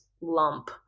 lump